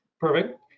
Perfect